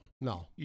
No